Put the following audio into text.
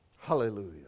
Hallelujah